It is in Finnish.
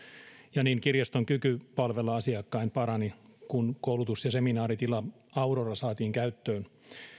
ja niin kirjaston kyky palvella asiakkaita parani kun koulutus ja seminaaritila aurora saatiin käyttöön